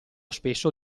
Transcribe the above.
spesso